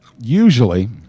Usually